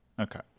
Okay